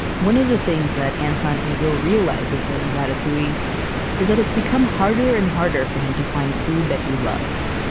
one of the things that anton ego realizes in ratatouille is that it's become harder and harder for him to find food that he loves,